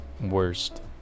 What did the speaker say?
worst